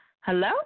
Hello